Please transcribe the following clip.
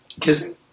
Kissing